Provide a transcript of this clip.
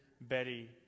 betty